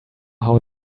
how